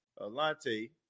Alante